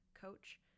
coach